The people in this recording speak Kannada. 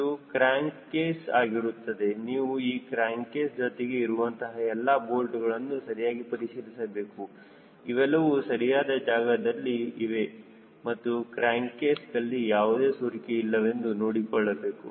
ಇದು ಕ್ರಾಂಕ್ ಕೆಸ್ ಆಗಿರುತ್ತದೆ ನೀವು ಈ ಕ್ರಾಂಕ್ ಕೆಸ್ ಜೊತೆಗೆ ಇರುವಂತಹ ಎಲ್ಲಾ ಬೋಲ್ಟ್ಗಳನ್ನು ಸರಿಯಾಗಿ ಪರಿಶೀಲಿಸಬೇಕು ಅವೆಲ್ಲವೂ ಸರಿಯಾದ ಜಾಗದಲ್ಲಿ ಇವೆ ಮತ್ತು ಕ್ರಾಂಕ್ ಕೆಸ್ದಲ್ಲಿ ಯಾವುದೇ ಸೋರಿಕೆ ಇಲ್ಲವೆಂದು ನೋಡಿಕೊಳ್ಳಬೇಕು